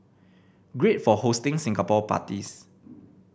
great for hosting Singapore parties